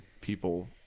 people